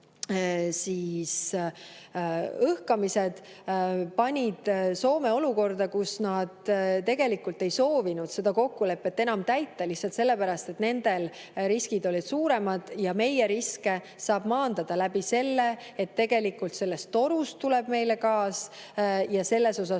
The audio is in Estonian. siis [sattus] Soome olukorda, kus nad tegelikult ei soovinud seda kokkulepet enam täita, lihtsalt sellepärast, et nende riskid olid suuremad. Meie riske saab maandada nii, et torust tuleb meile gaas, ja selles osas